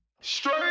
Straight